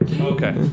Okay